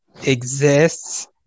exists